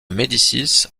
médicis